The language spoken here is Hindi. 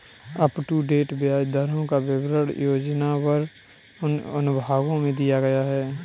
अपटूडेट ब्याज दरों का विवरण योजनावार उन अनुभागों में दिया गया है